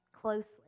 closely